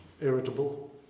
irritable